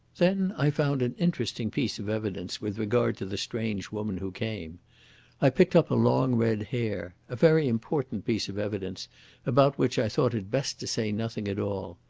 then i found an interesting piece of evidence with regard to the strange woman who came i picked up a long red hair a very important piece of evidence about which i thought it best to say nothing at all.